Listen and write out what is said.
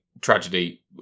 tragedy